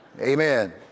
Amen